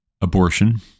abortion